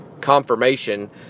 confirmation